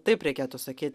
taip reikėtų sakyt